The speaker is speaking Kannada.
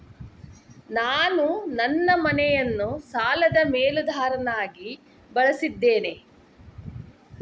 ನಾನು ನನ್ನ ಮನೆಯನ್ನು ಸಾಲದ ಮೇಲಾಧಾರವಾಗಿ ಬಳಸಿದ್ದೇನೆ